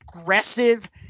aggressive